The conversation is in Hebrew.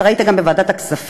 אתה ראית גם בוועדת הכספים: